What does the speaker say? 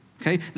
Okay